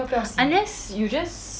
unless you just